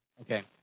Okay